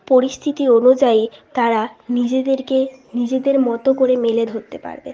পরিস্থিতি অনুযায়ী তারা নিজেদেরকে নিজেদের মতো করে মেলে ধরতে পারবে